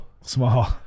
small